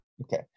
Okay